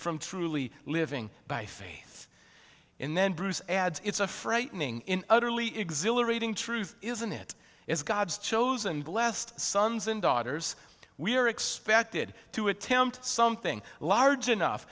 from truly living by faith and then bruce adds it's a frightening utterly exhilarating truth isn't it is god's chosen blessed sons and daughters we are expected to attempt something large enough